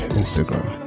instagram